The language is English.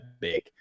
big